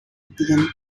being